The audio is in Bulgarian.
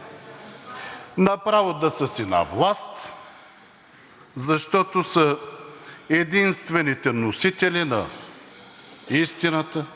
– направо да са си на власт, защото са единствените носители на истината,